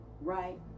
right